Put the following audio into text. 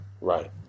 Right